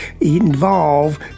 involve